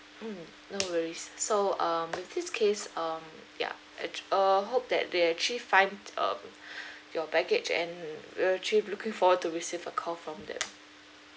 mm no worries so um with this case um ya actu~ err hope that they actually find uh your baggage and we'll actually looking forward to receive a call from them